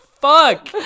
Fuck